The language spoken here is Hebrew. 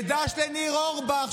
וד"ש לניר אורבך,